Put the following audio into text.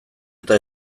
eta